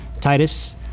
Titus